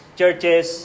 churches